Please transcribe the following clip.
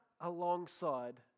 alongside